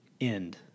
end